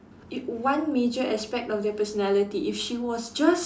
if one major aspect of their personality if she was just